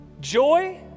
Joy